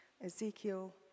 Ezekiel